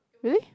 really